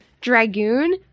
dragoon